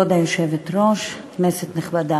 כבוד היושבת-ראש, כנסת נכבדה,